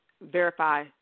verify